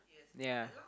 yea